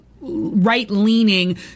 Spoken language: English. right-leaning